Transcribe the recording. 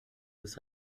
des